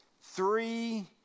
three